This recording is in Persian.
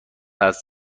حدس